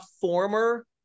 former